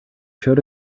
showed